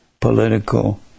political